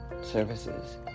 services